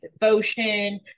devotion